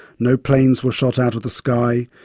no planes were shot out of the sky,